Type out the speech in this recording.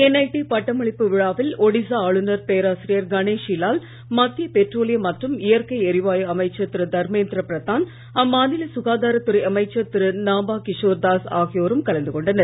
N I T பட்டமளிப்பு விழாவில் ஒடிசா ஆளுநர் பேராசிரியர் கணேஷி லால் மத்திய பெட்ரோலிய மற்றும் இயற்கை எரிவாயு அமைச்சர் திரு தர்மேந்திர பிரதான் அம்மாநில சுகாதாரத் துறை அமைச்சர் திரு நாபா கிஷோர் தாஸ் ஆகியோரும் கலந்து கொண்டனர்